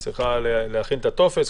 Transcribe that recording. צריך להכין את הטופס,